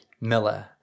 Miller